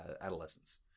adolescence